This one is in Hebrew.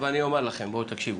ואני אומר לכם, בואו תקשיבו.